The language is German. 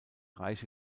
reiche